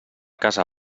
casa